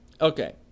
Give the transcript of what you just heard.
Okay